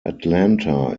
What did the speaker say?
atlanta